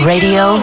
Radio